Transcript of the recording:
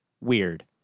weird